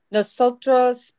Nosotros